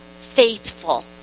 faithful